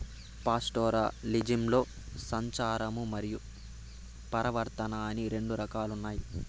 పాస్టోరలిజంలో సంచారము మరియు పరివర్తన అని రెండు రకాలు ఉన్నాయి